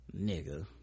Nigga